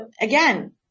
again